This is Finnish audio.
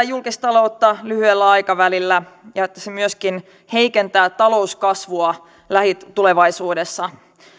julkistaloutta lyhyellä aikavälillä ja että se myöskin heikentää talouskasvua lähitulevaisuudessa